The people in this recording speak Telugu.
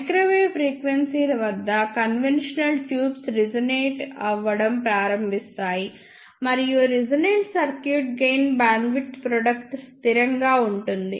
మైక్రోవేవ్ ఫ్రీక్వెన్సీల వద్ద కన్వెన్షనల్ ట్యూబ్స్ రెసొనేట్ అవ్వడం ప్రారంభిస్తాయి మరియు resonant circuit gain bandwidth product స్థిరంగా ఉంటుంది